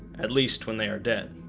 at least when they are dead